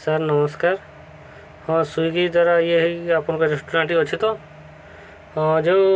sir ନମସ୍କାର ହଁ Swiggy ଦ୍ୱାରା ଇଏ ହେଇକି ଆପଣଙ୍କ ରେଷ୍ଟୁରାଣ୍ଟ ଟିିକେ ଅଛି ତ ହଁ ଯେଉଁ